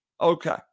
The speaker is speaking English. okay